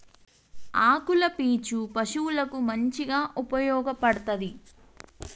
ఆకుల పీచు పశువులకు మంచిగా ఉపయోగపడ్తది